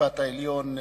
בית-המשפט העליון,